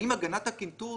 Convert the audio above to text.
האם הגנת הקנטור,